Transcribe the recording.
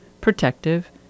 protective